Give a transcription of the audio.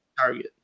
target